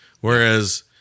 Whereas